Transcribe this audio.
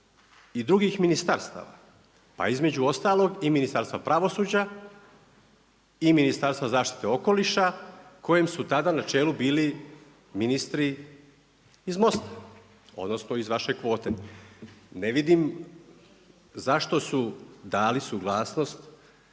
i drugih ministarstava. Pa između ostalog i Ministarstva pravosuđa i Ministarstva zaštite okoliša kojem su tada na čelu bili ministri iz MOST-a, odnosno iz vaš kvote. Ne vidim zašto su dali suglasnost